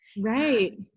right